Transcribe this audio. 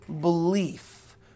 belief